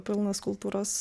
pilnas kultūros